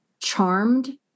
charmed